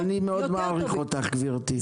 אני מאוד מעריך אותך, גברתי.